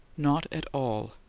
not at all.